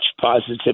positive